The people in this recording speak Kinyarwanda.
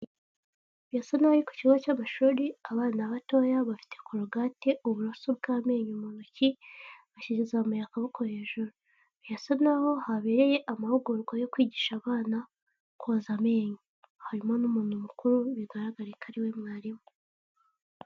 Birasa nk'aho ari mu kigo cy'amashuri. Abana batoya bafite corogate, uburoso bw'amenyo mu ntoki, bazamuye akaboko hejuru. Birasa nk'aho habereye amahugurwa yo kwigisha abana koza amenyo, harimo n'umuntu mukuru bigaragare ko ari we mwarimu.